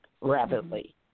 Rapidly